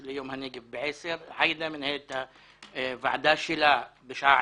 ליום הנגב ועאידה מנהלת את הוועדה שלה.